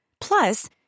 Plus